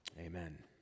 Amen